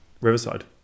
Riverside